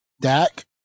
Dak